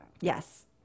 yes